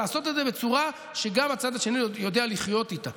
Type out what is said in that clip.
אבל לעשות את זה בצורה שגם הצד השני יודע לחיות איתה,